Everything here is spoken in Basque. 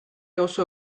oso